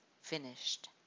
finished